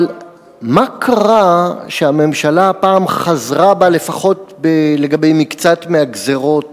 אבל מה קרה שהממשלה הפעם חזרה בה לפחות לגבי מקצת הגזירות